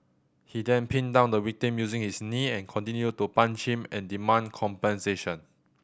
he then pinned down the victim using his knee and continued to punch him and demand compensation